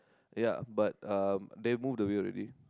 ya but um they moved away already